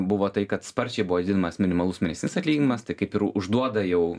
buvo tai kad sparčiai buvo didinamas minimalus mėnesinis atlyginimas tik kaip ir užduoda jau